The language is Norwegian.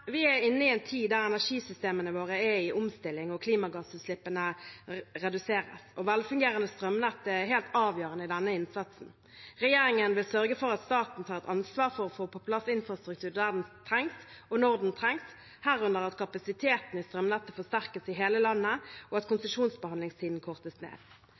Vi er inne i en tid da energisystemene våre er i omstilling og klimagassutslippene reduseres. Velfungerende strømnett er helt avgjørende i denne innsatsen. Regjeringen vil sørge for at staten tar et ansvar for å få på plass infrastruktur der den trengs, og når den trengs, herunder at kapasiteten i strømnettet forsterkes i hele landet, og at konsesjonsbehandlingstiden kortes ned.